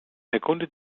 erkunde